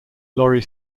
laurie